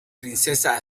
princesa